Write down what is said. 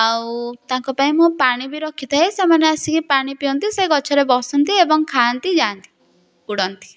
ଆଉ ତାଙ୍କ ପାଇଁ ମୁଁ ପାଣି ବି ରଖିଥାଏ ସେମାନେ ଆସିକି ପାଣି ପିଅନ୍ତି ସେ ଗଛରେ ବସନ୍ତି ଏବଂ ଖାଆନ୍ତି ଯାଆନ୍ତି ଉଡ଼ନ୍ତି